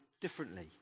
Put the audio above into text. differently